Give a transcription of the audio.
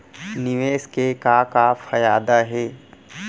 निवेश के का का फयादा हे?